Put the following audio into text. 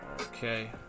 Okay